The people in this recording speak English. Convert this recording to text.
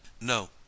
no